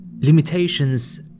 limitations